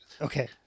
Okay